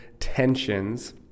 tensions